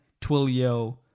Twilio